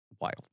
wild